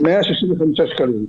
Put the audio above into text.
165 שקלים.